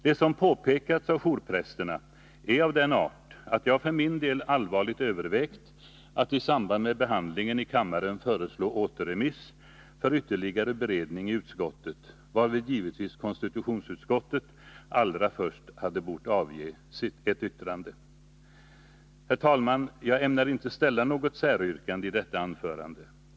Det som påpekats av jourprästerna är av den art att jag för min del allvarligt övervägt att i samband med behandlingen i kammaren föreslå återremiss till utskottet för ytterligare beredning — varvid givetvis konstitutionsutskottet allra först hade bort avge ett yttrande. Herr talman! Jag ämnar inte ställa något säryrkande i detta anförande.